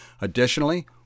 Additionally